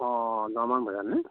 অ দহমান বজাত নে